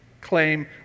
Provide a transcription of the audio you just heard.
claim